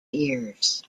ears